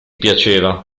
piaceva